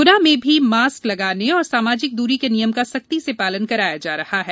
ग्ना में भी मॉस्क लगाने और सामाजिक दूरी के नियम का सख्ती से पालन कराया जा रहा है